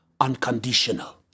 unconditional